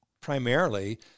primarily